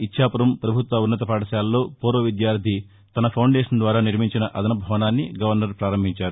ఇచ్చాపురం ప్రభుత్వ ఉన్నత పాఠశాలలో పూర్వ విద్యార్థి తన ఫౌండేషన్ ద్వారా నిర్మించిన అదనపు భవనాన్ని గవర్సర్ ప్రారంభించారు